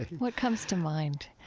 what comes to mind?